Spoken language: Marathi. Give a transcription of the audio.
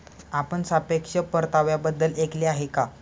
आपण सापेक्ष परताव्याबद्दल ऐकले आहे का?